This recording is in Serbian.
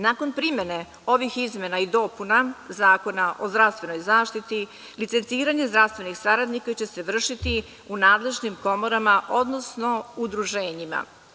Nakon primene ovih izmena i dopuna Zakona o zdravstvenoj zaštiti, licenciranje zdravstvenih saradnika će se vršiti u nadležnim komorama, odnosno udruženjima.